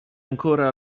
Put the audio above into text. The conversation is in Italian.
ancora